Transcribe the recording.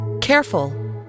Careful